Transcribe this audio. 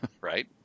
Right